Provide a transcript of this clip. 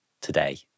today